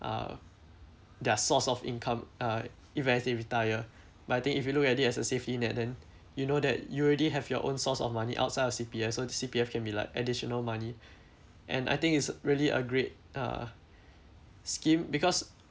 uh their source of income uh if next day retire but I think if you look at it as a safety net then you know that you already have your own source of money outside of C_P_F so C_P_F can be like additional money and I think it's really a great uh scheme because